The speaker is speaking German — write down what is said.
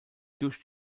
durch